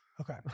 Okay